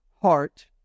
heart